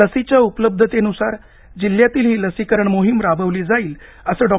लसीच्या उपलब्धतेन्सार जिल्ह्यातील ही लसीकरण मोहीम राबवली जाईल असं डॉ